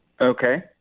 Okay